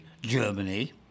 Germany